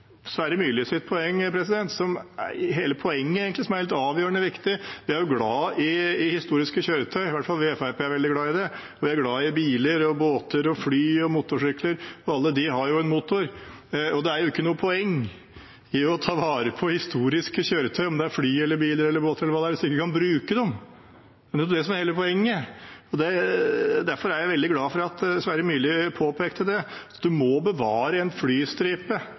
Sverre Myrli sa. Hele poenget egentlig, som er helt avgjørende viktig, er at vi er glade i historiske kjøretøy – iallfall er vi i Fremskrittspartiet veldig glad i det. Vi er glade i biler, båter, fly og motorsykler. Alle disse har en motor. Det er ikke noe poeng i å ta vare på historiske kjøretøy – om det er fly, biler, båter eller hva det er – hvis man ikke kan bruke dem. Det er jo det som er hele poenget. Derfor er jeg veldig glad for at Sverre Myrli påpekte det. Man må bevare en flystripe